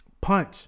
Punch